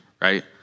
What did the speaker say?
right